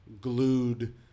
glued